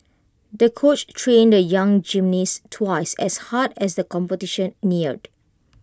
the coach trained the young gymnast twice as hard as the competition neared